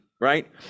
right